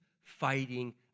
fighting